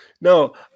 no